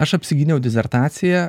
aš apsigyniau disertaciją